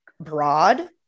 broad